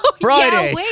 Friday